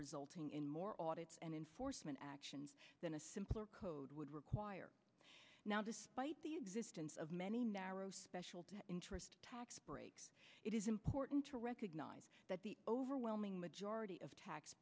resulting in more audit and enforcement actions than a simpler code would require now despite the existence of many narrow special interest tax breaks it is important to recognize that the overwhelming majority of tax